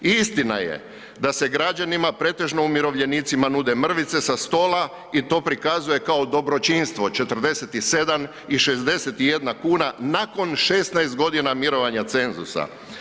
Istina je da se građanima pretežno umirovljenicima nude mrvice sa stola i to prikazuje kao dobročinstvo 47 i 61 kuna nakon 16 godina mirovanja cenzusa.